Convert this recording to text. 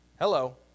Hello